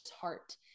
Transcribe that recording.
heart